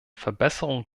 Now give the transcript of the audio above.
verbesserung